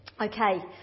Okay